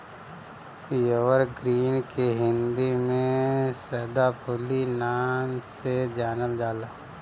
evergreen के हिंदी में सदाफुली नाम से जानल जाला